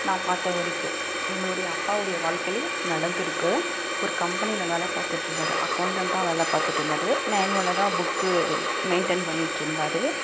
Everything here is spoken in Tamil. நான் பார்த்த வரைக்கும் எங்களுடைய அப்பாவுடைய வாழ்க்கையிலே நடந்துருக்கு ஒரு கம்பெனியில் வேலை பார்த்துட்ருந்தாரு அக்கௌண்டண்ட்டா வேலை பார்த்துட்ருந்தாரு மேனுவலாக தான் புக்கு மெயின்டன் பண்ணிட்டுருந்தாரு